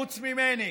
חוץ ממני,